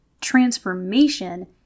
transformation